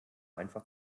einfach